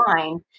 online